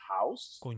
house